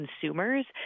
consumers